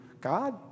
God